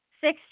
six